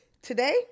Today